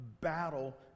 battle